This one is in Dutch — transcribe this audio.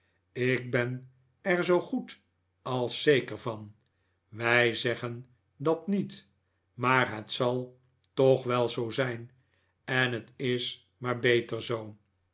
ik ben er zoogoed als zeker van wij zeggen dat niet maar het zal toch wel zoo zijn en het is maar beter zoo